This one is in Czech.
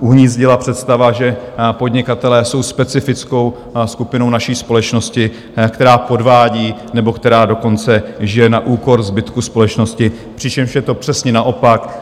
uhnízdila představa, že podnikatelé jsou specifickou skupinou naší společnosti, která podvádí, nebo která dokonce žije na úkor zbytku společnosti, přičemž je to přesně naopak.